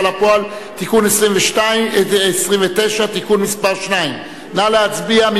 לפועל (תיקון מס' 29) (תיקון מס' 2). נא להצביע.